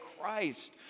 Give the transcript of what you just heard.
Christ